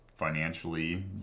Financially